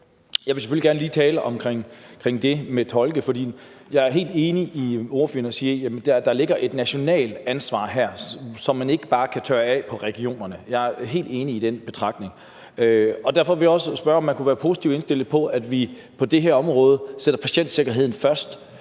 Jeg vil gerne lige tale om det med tolke, for jeg helt enig med de ordførere, der siger, at der ligger et nationalt ansvar her, som man ikke bare kan tørre af på regionerne. Jeg er helt enig i den betragtning. Derfor vil jeg også spørge, om man kunne være positivt indstillet over for, at vi på det her område sætter patientsikkerheden først,